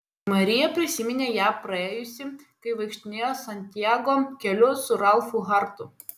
marija prisiminė ją praėjusi kai vaikštinėjo santjago keliu su ralfu hartu